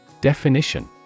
definition